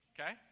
Okay